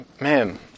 man